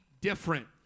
different